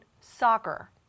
soccer